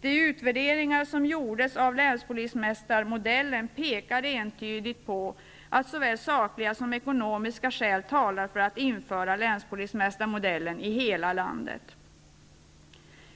De utvärderingar som gjorts av länspolismästarmodellen visar entydigt att såväl sakliga som ekonomiska skäl talar för att införa länspolismästarmodellen i hela landet.